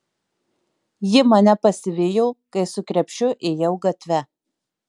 ji mane pasivijo kai su krepšiu ėjau gatve